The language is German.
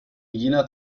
jener